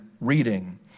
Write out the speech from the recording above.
reading